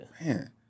Man